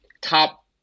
top